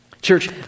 Church